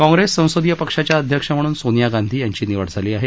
काँग्रेस संसदिय पक्षाच्या अध्यक्ष म्हणून सोनिया गांधी यांची निवड झाली आहे